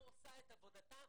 לא עושה את עבודתה,